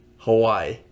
Hawaii